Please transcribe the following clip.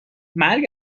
مرگ